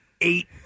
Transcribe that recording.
eight